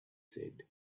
said